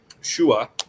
Shua